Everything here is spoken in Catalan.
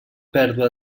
pèrdua